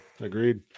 Agreed